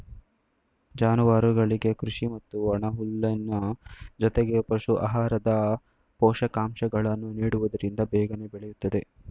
ಜಾನುವಾರುಗಳಿಗೆ ಕೃಷಿ ಮತ್ತು ಒಣಹುಲ್ಲಿನ ಜೊತೆಗೆ ಪಶು ಆಹಾರ, ಪೋಷಕಾಂಶಗಳನ್ನು ನೀಡುವುದರಿಂದ ಬೇಗನೆ ಬೆಳೆಯುತ್ತದೆ